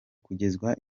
kugezwa